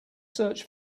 search